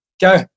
go